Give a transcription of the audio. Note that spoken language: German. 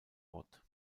what